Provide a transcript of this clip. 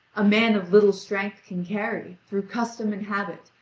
a man of little strength can carry, through custom and habit,